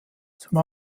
zum